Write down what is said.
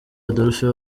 adolphe